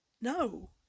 No